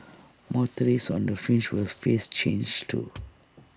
motorists on the fringe will face changes too